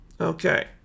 Okay